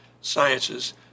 Sciences